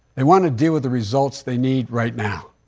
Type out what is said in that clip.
they want to deal with the results they need right now.